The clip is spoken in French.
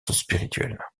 spirituel